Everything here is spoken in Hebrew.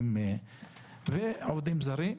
ועובדים זרים.